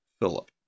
Philip